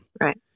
Right